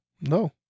no